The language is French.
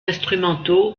instrumentaux